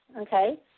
okay